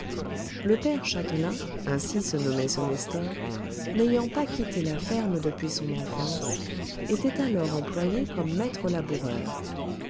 le père châtelain ainsi se nommait ce nestor n'ayant pas quitté la ferme depuis son enfance était alors employé comme maître laboureur